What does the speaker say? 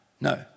No